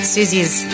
Susie's